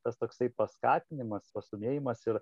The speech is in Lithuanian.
tas toksai paskatinimas pastūmėjimas ir